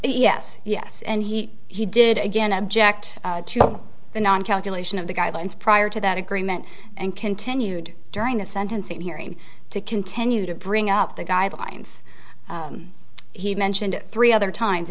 yes yes and he he did again object to the non calculation of the guidelines prior to that agreement and continued during the sentencing hearing to continue to bring up the guidelines he mentioned three other times